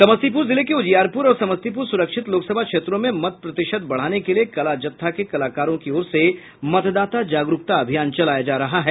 समस्तीपुर जिले के उजियारपुर और समस्तीपुर सुरक्षित लोकसभा क्षेत्रों में मत प्रतिशत बढ़ाने के लिए कला जत्था के कलाकारों की ओर से मतदाता जागरूकता अभियान चलाया जा रहा है